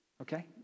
okay